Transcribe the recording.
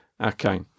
okay